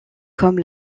comme